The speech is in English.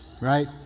right